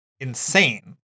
insane